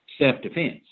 self-defense